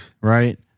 right